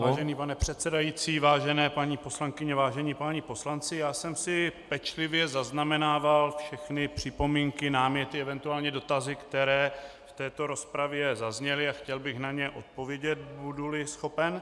Vážený pane předsedající, vážené paní poslankyně, vážení páni poslanci, já jsem si pečlivě zaznamenával všechny připomínky, náměty, eventuálně dotazy, které k této rozpravě zazněly, a chtěl bych na ně odpovědět, buduli schopen.